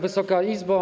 Wysoka Izbo!